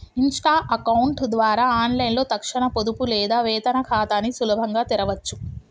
Insta account ద్వారా ఆన్లైన్లో తక్షణ పొదుపు లేదా వేతన ఖాతాని సులభంగా తెరవచ్చు